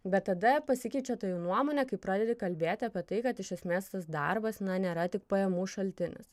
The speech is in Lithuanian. bet tada pasikeičia ta jų nuomonė kai pradedi kalbėti apie tai kad iš esmės tas darbas nėra tik pajamų šaltinis